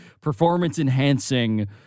performance-enhancing